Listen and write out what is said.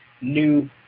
new